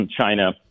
China